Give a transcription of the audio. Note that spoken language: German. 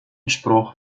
spruch